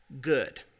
good